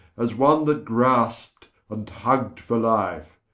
as one that graspt and tugg'd for life,